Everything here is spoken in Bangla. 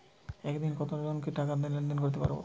একদিন কত জনকে টাকা লেনদেন করতে পারবো?